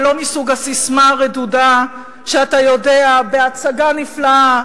ולא מסוג הססמה הרדודה שאתה יודע בהצגה נפלאה